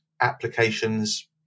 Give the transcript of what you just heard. applications